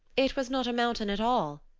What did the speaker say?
it was not a mountain at all,